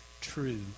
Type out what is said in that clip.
true